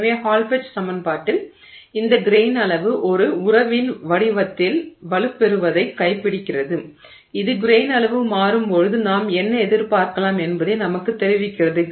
எனவே Hall Petch சமன்பாட்டில் இந்த கிரெய்ன் அளவு ஒரு உறவின் வடிவத்தில் வலுப்பெறுவதைக் கைப்பிடிக்கிறது இது கிரெய்ன் அளவு மாறும்போது நாம் என்ன எதிர்பார்க்கலாம் என்பதை நமக்குத் தெரிவிக்கிறது